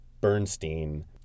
Bernstein